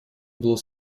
было